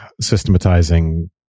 systematizing